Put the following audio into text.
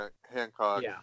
Hancock